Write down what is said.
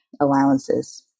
allowances